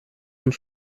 und